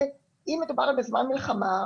שאם מדובר בזמן מלחמה,